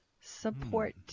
support